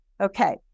Okay